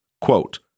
Quote